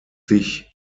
sich